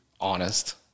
honest